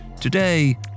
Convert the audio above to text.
today